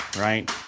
right